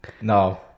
No